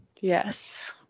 Yes